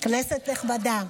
כנסת נכבדה,